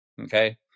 Okay